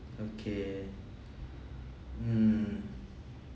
okay mm